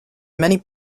many